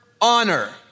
honor